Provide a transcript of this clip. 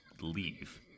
leave